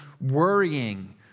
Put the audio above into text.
worrying